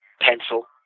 pencil